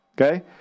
Okay